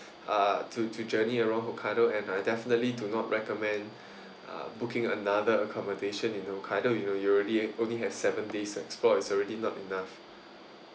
uh to to journey around hokkaido and I definitely do not recommend uh booking another accommodation in hokkaido you know you already only have seven days to explore it's already not enough